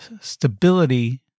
stability